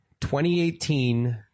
2018